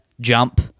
jump